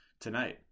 tonight